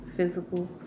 physical